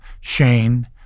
Shane